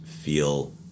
feel